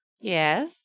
Yes